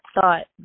thought